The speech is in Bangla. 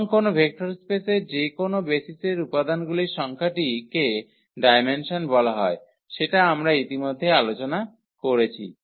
এবং কোনও ভেক্টর স্পেসের যে কোনও বেসিসের উপাদানগুলির সংখ্যাটিক ডায়মেনসন বলা হয় সেটা আমরা ইতিমধ্যেই আলোচনা করেছি